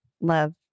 love